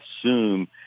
assume